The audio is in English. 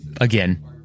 Again